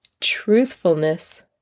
truthfulness